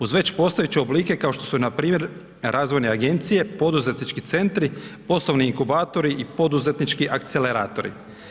Uz već postojeće oblike kao što su npr. razvojne agencije, poduzetnički centri, poslovni inkubatori i poduzetnički akceleratori.